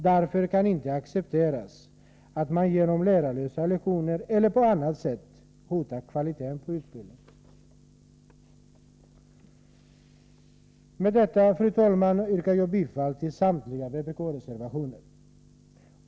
Därför kan det inte accepteras att man genom lärarlösa lektioner eller på annat sätt hotar kvaliteten på utbildningen. Med detta, fru talman, yrkar jag bifall till samtliga vpk-reservationer.